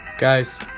Guys